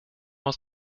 more